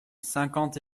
cinquante